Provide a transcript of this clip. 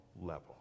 level